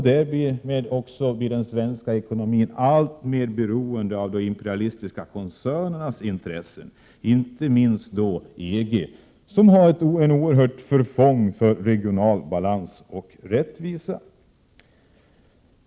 Därmed blir den svenska ekonomin alltmer beroende av de imperialistiska koncernernas intressen och därutöver inte minst av EG. Detta har varit till stort förfång för regional balans och regional rättvisa.